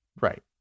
Right